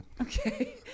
Okay